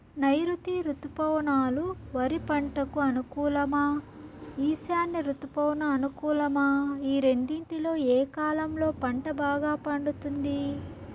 నైరుతి రుతుపవనాలు వరి పంటకు అనుకూలమా ఈశాన్య రుతుపవన అనుకూలమా ఈ రెండింటిలో ఏ కాలంలో పంట బాగా పండుతుంది?